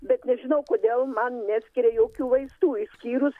bet nežinau kodėl man neskiria jokių vaistų išskyrus